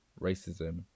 racism